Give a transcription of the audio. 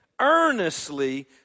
earnestly